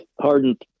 hardened